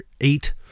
eight